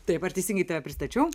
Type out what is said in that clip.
taip ar teisingai tave pristačiau